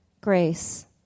grace